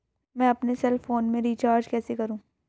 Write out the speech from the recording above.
मैं अपने cell phone में रिचार्ज कैसे करूँ?